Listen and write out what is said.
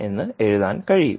എന്ന് എഴുതാൻ കഴിയും